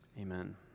amen